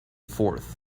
fourth